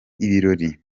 ibirori